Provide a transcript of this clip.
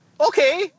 okay